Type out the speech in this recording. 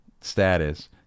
status